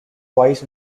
twice